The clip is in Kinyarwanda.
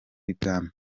ibwami